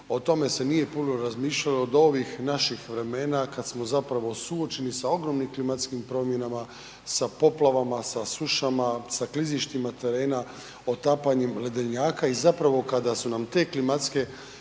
o tome se nije puno razmišljalo od ovih naših vremena kad smo zapravo suočeni sa ogromnim klimatskim promjenama, sa poplavama, sa sušama, sa klizištima terena, otapanjem ledenjaka i zapravo kada su nam te klimatske